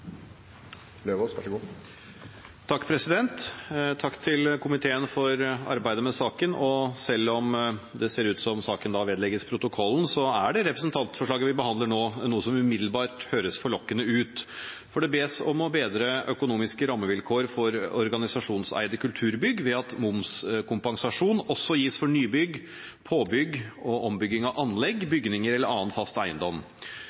saken vedlegges protokollen, høres det representantforslaget vi behandler nå, umiddelbart forlokkende ut. Det bes om å bedre økonomiske rammevilkår for organisasjonseide kulturbygg ved at momskompensasjon også gis for nybygg, påbygg og ombygging av anlegg, bygninger eller annen fast eiendom.